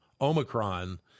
Omicron